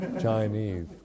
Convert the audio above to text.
Chinese